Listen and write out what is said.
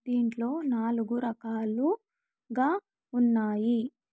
దీంట్లో నాలుగు రకాలుగా ఉన్నాయి